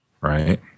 right